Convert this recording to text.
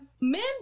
men